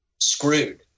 screwed